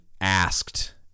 asked